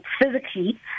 physically